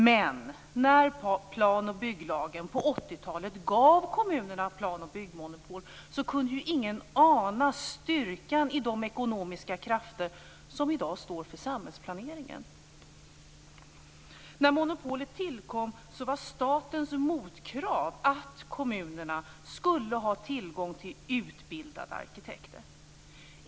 Men när plan och bygglagen på 80-talet gav kommunerna plan och byggmonopol kunde ju ingen ana styrkan i de ekonomiska krafter som i dag står för samhällsplaneringen. När monopolet tillkom var statens motkrav att kommunerna skulle ha tillgång till utbildade arkitekter.